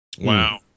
Wow